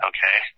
Okay